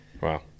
Wow